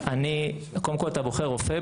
אני, קודם כל אתה בוחר רופא.